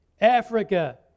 Africa